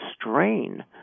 strain